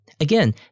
Again